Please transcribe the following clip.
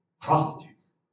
prostitutes